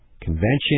Convention